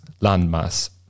landmass